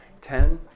Ten